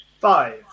Five